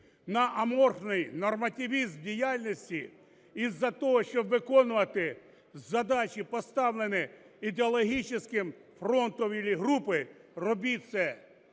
на аморфний нормативізм діяльності із-за того, щоб виконувати задачі, поставлені идеологическим фронтом или группой, робіть це,